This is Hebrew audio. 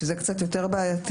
וזה קצת יותר בעייתי,